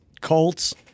Colts